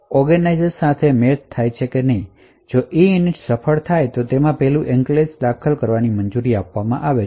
તેથી જો EINIT સફળ છે તો તે એન્ક્લેવ્સ દાખલ કરવાની મંજૂરી આપે છે